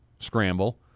Scramble